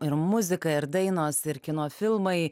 ir muzika ir dainos ir kino filmai